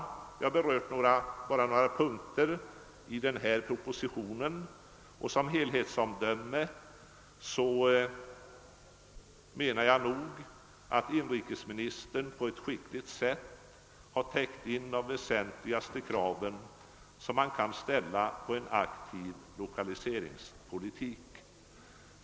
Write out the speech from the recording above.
Jag har bara berört några punkter i denna proposition, och som helhetsomdöme anser jag, att inrikesministern på ett skickligt sätt har uppfyllt de väsentligaste kraven som kan ställas på en aktiv lokaliseringspolitik.